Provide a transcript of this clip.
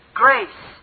grace